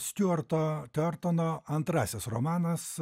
stiuarto tiortono antrasis romanas